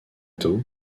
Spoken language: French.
tôt